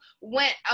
went